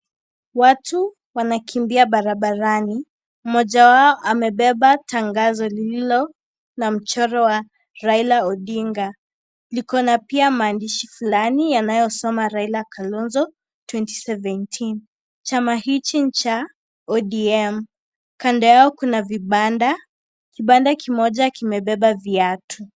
Watu wanakimbia barabarani, mmoja wao amepepa tangazo lililo na mchoro wa Raila Odinga. Iko na pia maandishi flani yanayosoma Raila Kalonzo 2017. Chama hichi ni cha ODM . Kando yao kuna vibanda, kibanda kimoja kimepepa viatu.